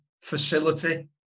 facility